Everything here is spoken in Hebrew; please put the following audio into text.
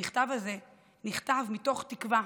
המכתב הזה נכתב מתוך תקווה